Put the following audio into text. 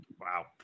Wow